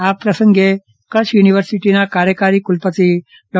આ પ્રસંગે કચ્છ યુનિવર્સિટીના કાર્યકારી કુલપતિ ડો